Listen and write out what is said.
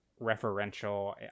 referential